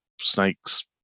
snakes